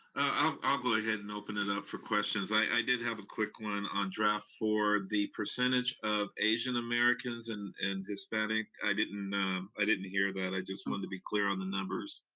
i'll ah but go ahead and open it up for questions. i did have a quick one on draft four. the percentage of asian americans and and hispanic, i didn't i didn't hear that, i just wanted to be clear on the numbers.